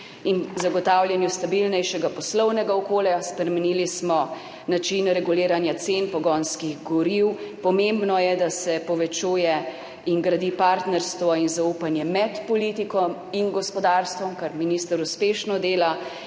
in zagotavljanju stabilnejšega poslovnega okolja. Spremenili smo način reguliranja cen pogonskih goriv. Pomembno je, da se povečuje in gradi partnerstvo in zaupanje med politiko in gospodarstvom, kar minister uspešno dela,